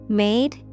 made